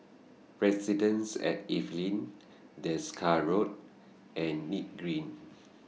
Residences At Evelyn Desker Road and Nim Green